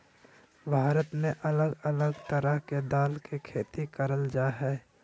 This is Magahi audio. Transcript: भारत में अलग अलग तरह के दाल के खेती करल जा हय